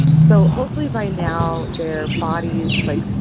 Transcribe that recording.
so, hopefully, by now, their bodies like,